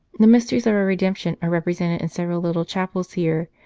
the mysteries of our redemption are repre sented in several little chapels here,